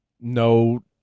no